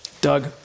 Doug